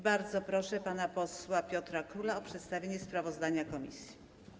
Bardzo proszę pana posła Piotra Króla o przedstawienie sprawozdania komisji.